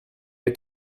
est